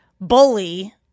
bully